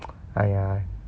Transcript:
!aiya!